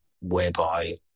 whereby